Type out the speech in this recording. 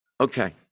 Okay